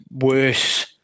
worse